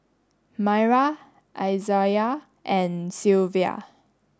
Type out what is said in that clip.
Myra Izaiah and Sylvia